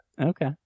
Okay